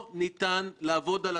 את שעות העבודה שלנו,